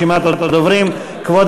יעקב מרגי,